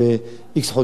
כנראה שלושה חודשים.